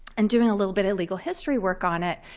and doing a little bit of legal history work on it.